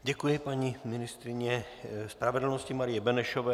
Děkuji paní ministryni spravedlnosti Marii Benešové.